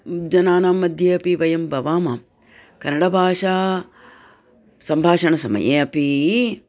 जनानां मध्ये अपि वयं भवामः कन्नडभाषा सम्भाषणसमये अपि